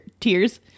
tears